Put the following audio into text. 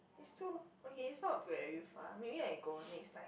it's too okay it's not very far maybe I go next time